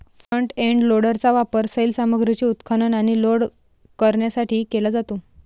front end लोडरचा वापर सैल सामग्रीचे उत्खनन आणि लोड करण्यासाठी केला जातो